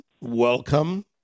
Welcome